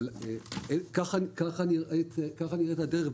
ככה נראית הדרך.